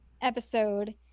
episode